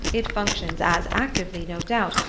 it functions as actively, no doubt,